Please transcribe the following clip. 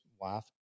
wife